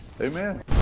Amen